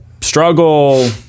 struggle